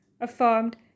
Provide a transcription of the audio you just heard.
affirmed